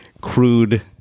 crude